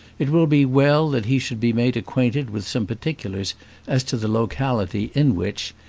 it will be well that he should be made acquainted with some particulars as to the locality in which,